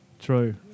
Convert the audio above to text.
True